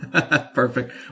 Perfect